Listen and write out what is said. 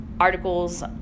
articles